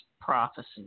prophecy